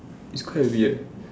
it's quite weird